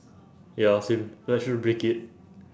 ya same then I should break it